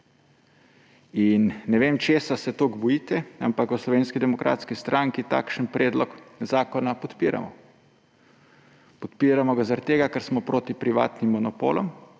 In ne vem, česa se toliko bojite, ampak v Slovenski demokratski stranki takšen predlog zakona podpiramo. Podpiramo ga zaradi tega, ker smo proti privatnim monopolom,